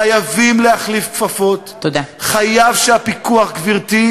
חייבים להחליף כפפות, חייב הפיקוח להורות,